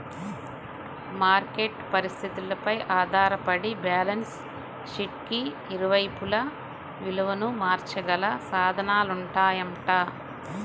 market పరిస్థితులపై ఆధారపడి balance షీట్కి ఇరువైపులా విలువను మార్చగల సాధనాలుంటాయంట